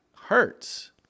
hurts